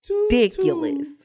ridiculous